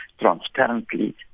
transparently